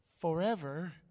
forever